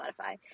Spotify